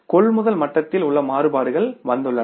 கொள்முதல் மட்டத்தில் உள்ள மாறுபாடுகள் வந்துள்ளன